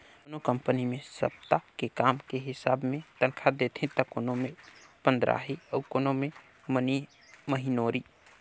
कोनो कंपनी मे सप्ता के काम के हिसाब मे तनखा देथे त कोनो मे पंदराही अउ कोनो मे महिनोरी